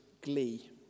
glee